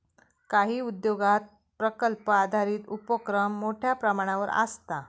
काही उद्योगांत प्रकल्प आधारित उपोक्रम मोठ्यो प्रमाणावर आसता